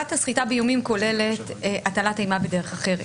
10:01) עבירת הסחיטה באיומים כוללת הטלת אימה בדרך אחרת.